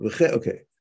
Okay